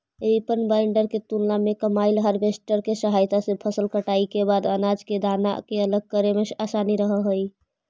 reaper binder के तुलना में कम्बाइन हार्वेस्टर के सहायता से फसल के कटाई के बाद अनाज के दाना के अलग करे में असानी रहऽ हई